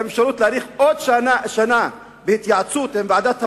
עם אפשרות להאריך בעוד שנה בהתייעצות עם ועדת הפנים,